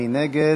מי נגד?